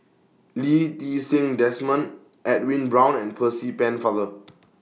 Lee Ti Seng Desmond Edwin Brown and Percy Pennefather